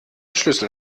schlüssel